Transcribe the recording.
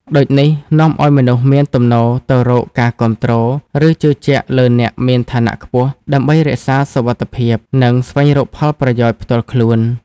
ដូចនេះនាំឲ្យមនុស្សមានទំនោរទៅរកការគាំទ្រ ឬជឿជាក់លើអ្នកមានឋានៈខ្ពស់ ដើម្បីរក្សាសុវត្ថិភាព និងស្វែងរកផលប្រយោជន៍ផ្ទាល់ខ្លួន។